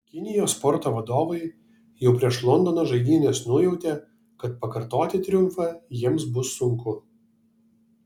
kinijos sporto vadovai jau prieš londono žaidynes nujautė kad pakartoti triumfą jiems bus sunku